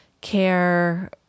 care